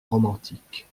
romantiques